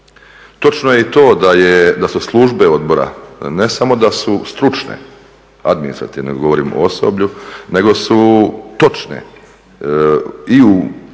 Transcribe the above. Točno je i to da su službe odbora ne samo da su stručne, administrativno govorim osoblje, nego su točne i u odašiljanju